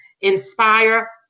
inspire